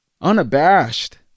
Unabashed